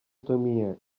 temia